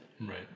Right